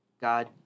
God